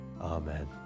amen